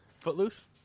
Footloose